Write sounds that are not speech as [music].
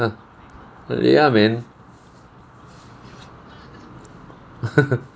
ya ya man [laughs]